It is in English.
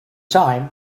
time